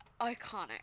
iconic